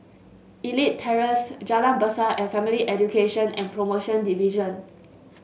Elite Terrace Jalan Besar and Family Education and Promotion Division